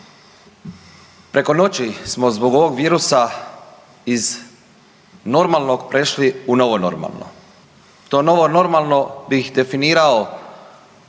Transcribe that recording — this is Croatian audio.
Preko noći smo zbog ovog virusa iz normalnog prešli u novo normalno. To novo normalno bih definirao